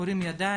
הוא הרים ידיים.